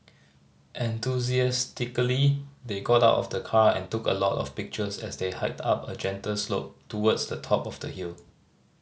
enthusiastically they got out of the car and took a lot of pictures as they hiked up a gentle slope towards the top of the hill